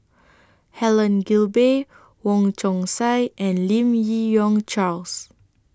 Helen Gilbey Wong Chong Sai and Lim Yi Yong Charles